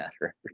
matter